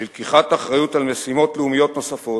ללקיחת אחריות למשימות לאומיות נוספות,